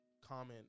comment